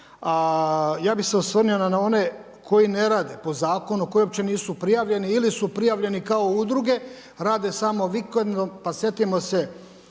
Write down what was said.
ja bih se osvrnuo na one koji ne rade po zakonu, koji uopće nisu prijavljeni ili su prijavljeni kao udruge, rade samo vikendom. Pa sjetimo se